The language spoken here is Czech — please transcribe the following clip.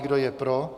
Kdo je pro?